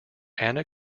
anna